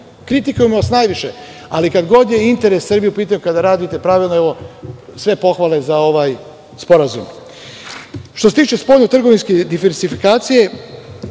kritikujemo vas najviše, ali kada god je interes Srbije u pitanju, kada radite pravilno, sve pohvale za ovaj sporazum. Što se tiče spoljno trgovinske diversifikacije,